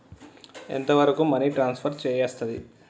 ఎంత వరకు money transfer చేయస్తది?